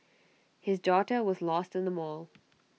his daughter was lost in the mall